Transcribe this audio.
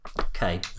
Okay